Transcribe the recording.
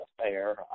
affair